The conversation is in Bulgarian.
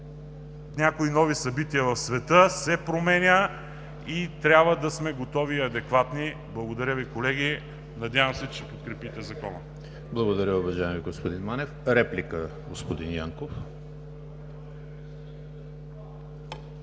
някои нови събития в света се променя и трябва да сме готови и адекватни. Благодаря Ви, колеги. Надявам се, че ще подкрепите Закона. ПРЕДСЕДАТЕЛ ЕМИЛ ХРИСТОВ: Благодаря, уважаеми господин Манев. Реплика – господин Янков.